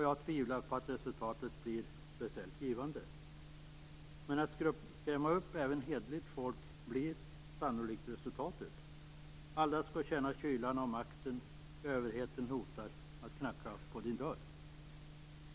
Jag tvivlar på att resultatet blir speciellt givande. Resultatet blir sannolikt att man skrämmer upp även hederligt folk. Alla skall känna kylan av makten. Överheten hotar att knacka på din dörr.